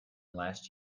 last